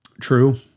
True